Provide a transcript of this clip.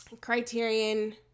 criterion